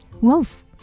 Wolf